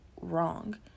wrong